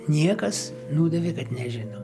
niekas nudavė nežino